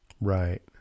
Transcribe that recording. Right